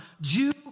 Jew